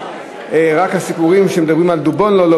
רק הסיפורים שמדברים על "דובון לאלא",